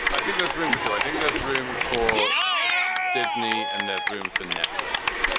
i think there's room for two. i think there's room for disney and there's room for netflix.